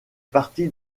partie